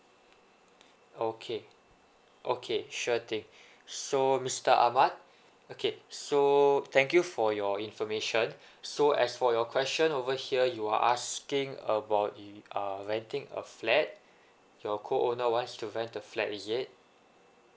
okay okay sure thing so mister ahmad okay so thank you for your information so as for your question over here you are asking about the uh renting a flat your co owner wants to rent a flat is it